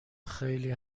خلی